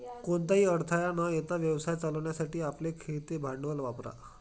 कोणताही अडथळा न येता व्यवसाय चालवण्यासाठी आपले खेळते भांडवल वापरा